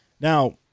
Now